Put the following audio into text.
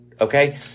Okay